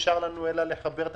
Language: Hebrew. אני חושב שלא נשאר לנו אלא לחבר את